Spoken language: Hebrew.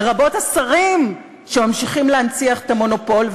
לרבות השרים שממשיכים להנציח את המונופול,